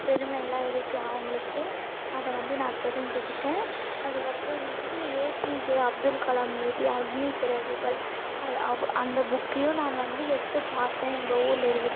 பெருமையெல்லாம் இருக்குது அவங்களுக்கு அதை வந்து நான் தெரிஞ்சுக்கிட்டேன் அதுக்கு அப்புறமேட்டுக்கு ஏபிஜே அப்துல்காலம் எழுதிய அக்னி சிறகுகள் அதை அவ அந்த புக்கையும் நான் வந்து எடுத்து பார்த்தேன் எங்கள் ஊரில் இருக்